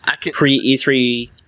pre-E3